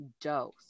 dose